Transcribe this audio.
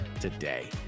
today